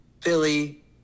Philly